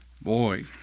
Boy